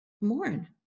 mourn